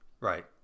right